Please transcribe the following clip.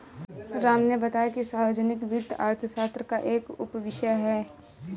राम ने बताया कि सार्वजनिक वित्त अर्थशास्त्र का एक उपविषय है